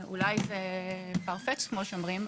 אולי זה far-fetched, כמו שאומרים.